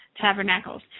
Tabernacles